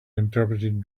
interpreted